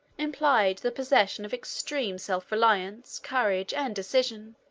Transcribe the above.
implied the possession of extreme self-reliance, courage, and decision.